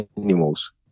animals